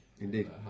Indeed